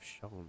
shown